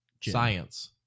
Science